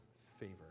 favor